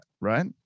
right